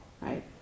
right